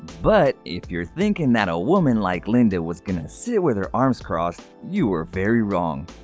but, if you're thinking that a woman like linda was going to sit with her arms crossed, you're very wrong.